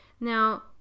Now